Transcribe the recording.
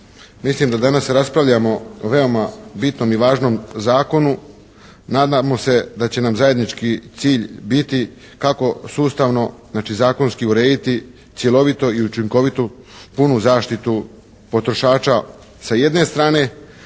mislim da danas raspravljamo o veoma bitnom i važnom zakonu. Nadamo se da će nam zajednički cilj biti kako sustavno, znači zakonski urediti cjelovito i učinkovito punu zaštitu potrošača sa jedne strane,